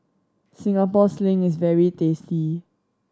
Singapore Sling is very tasty